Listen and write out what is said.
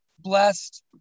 blessed